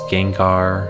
Gengar